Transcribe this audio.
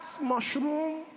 mushroom